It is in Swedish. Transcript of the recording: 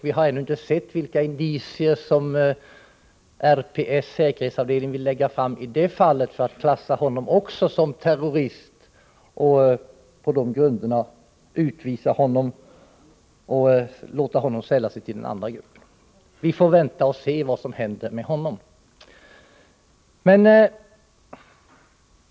Vi har ännu inte sett vilka bevis som RPS säkerhetsavdelning vill lägga fram i det här fallet för att klassa även honom som terrorist och på de grunderna utvisa honom och låta honom sälla sig till den andra gruppen. Vi får vänta och se vad som händer.